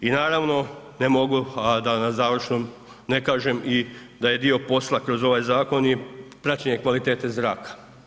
I naravno ne mogu a da na završnom ne kažem i da je dio posla kroz ovaj zakon i praćenje kvalitete zraka.